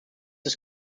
des